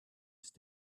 ist